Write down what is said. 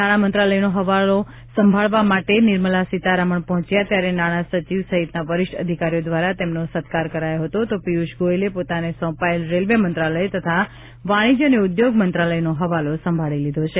નાણા મંત્રાલયનો હવાલો સંભાળવા માટે નિર્મલા સીતારમણ પહોંચ્યા ત્યારે નાણાં સચિવ સહિતના વરિષ્ઠ અધિકારીઓ દ્વારા તેમનો સત્કાર કરાયો હતો તો પિયુષ ગોયલે પોતાને સોંપાયેલા રેલવે મંત્રાલય તથા વાણિજ્ય અને ઉદ્યોગ મંત્રાલયનો હવાલો સંભાળી લીધો છે